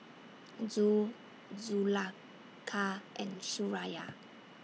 Zul Zulaikha and Suraya